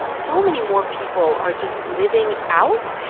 so many more people are just living out,